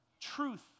truth